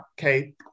okay